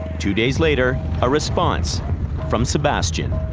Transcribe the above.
two days later, a response from sebastian.